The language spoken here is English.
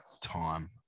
time